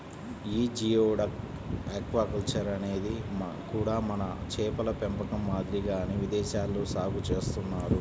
యీ geoduck aquaculture అనేది కూడా మన చేపల పెంపకం మాదిరిగానే విదేశాల్లో సాగు చేత్తన్నారు